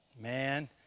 Man